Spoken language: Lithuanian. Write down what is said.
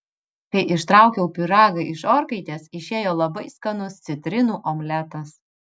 kai ištraukiau pyragą iš orkaitės išėjo labai skanus citrinų omletas